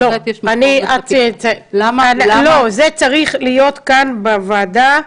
לא, זה צריך להיות כאן בוועדה.